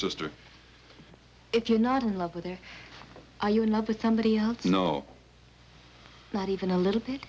sister if you're not in love with there are you in love with somebody out there no not even a little bit